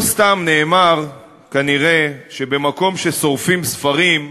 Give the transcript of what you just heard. לא סתם נאמר, כנראה, שבמקום ששורפים ספרים,